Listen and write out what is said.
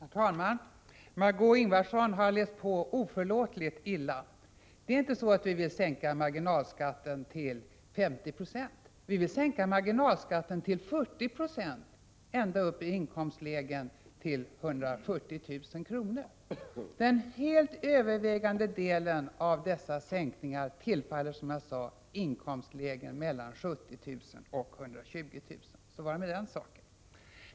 Herr talman! Margö Ingvardsson har läst på oförlåtligt illa. Vi vill inte sänka marginalskatten till 50 20. Vi vill sänka den till 40 96 ända upp i inkomstläget 140 000 kr. Den helt övervägande delen av dessa sänkningar tillfaller, som jag sade, inkomstlägena mellan 70 000 och 120 000 kr. Så var det med den saken.